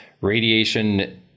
radiation